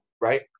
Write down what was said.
right